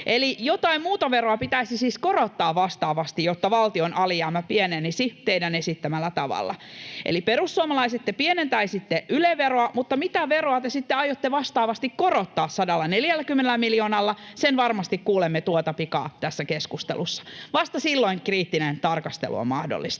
jotain muuta veroa pitäisi siis korottaa vastaavasti, jotta valtion alijäämä pienenisi teidän esittämällänne tavalla. Eli te perussuomalaiset pienentäisitte Yle-veroa, mutta mitä veroa te sitten aiotte vastaavasti korottaa 140 miljoonalla? Sen varmasti kuulemme tuota pikaa tässä keskustelussa, vasta silloin kriittinen tarkastelu on mahdollista.